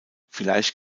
vielleicht